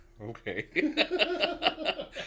Okay